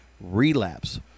relapse